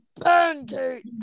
Pancake